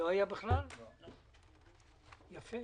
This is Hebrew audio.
יפה.